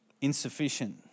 insufficient